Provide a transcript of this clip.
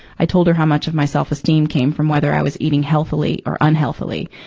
i told her how much of my self-esteem came from whether i was eating healthily or unhealthily.